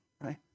Right